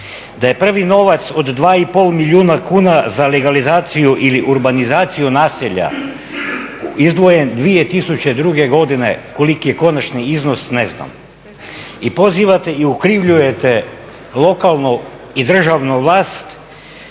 Da je prvi novac od 2,5 milijuna kuna za legalizaciju ili urbanizaciju naselja izdvojen 2002. godine koliki je konačni iznos ne znam. I pozivate i okrivljujete lokalnu i državnu vlast